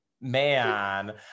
man